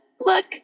look